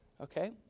okay